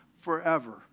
forever